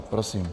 Prosím.